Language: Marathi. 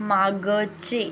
मागचे